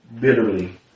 bitterly